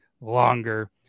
longer